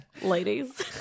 ladies